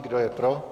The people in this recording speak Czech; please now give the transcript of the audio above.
Kdo je pro?